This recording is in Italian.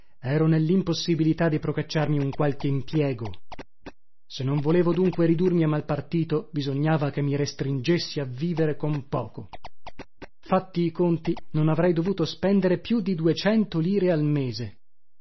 ero nellimpossibilità di procacciarmi un qualche impiego se non volevo dunque ridurmi a mal partito bisognava che mi restringessi a vivere con poco fatti i conti non avrei dovuto spendere più di duecento lire al mese